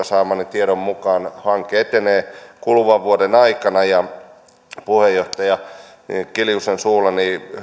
saamani tiedon mukaan hanke etenee kuluvan vuoden aikana puheenjohtaja kiljusen suulla